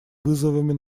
вызовами